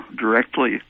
directly